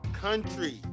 country